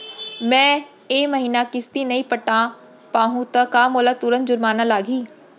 मैं ए महीना किस्ती नई पटा पाहू त का मोला तुरंत जुर्माना लागही?